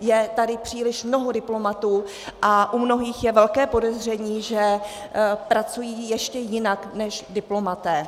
Je tady příliš mnoho diplomatů a u mnohých je velké podezření, že pracují ještě jinak než diplomaté.